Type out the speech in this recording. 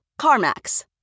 CarMax